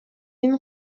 این